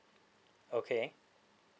okay